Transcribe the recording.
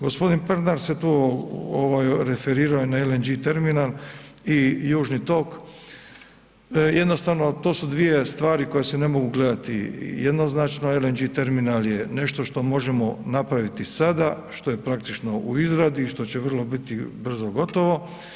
G. Pernar se tu referirao i na LNG terminal i južni tok, jednostavno to su dvije stvari koje se ne mogu gledati jednoznačno, LNG terminal je nešto što možemo napraviti sada, što je praktično u izradi i što će vrlo biti brzo gotovo.